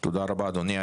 תודה רבה אדוני,